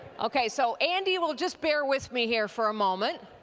okay so, andy will just bear with me here for a moment.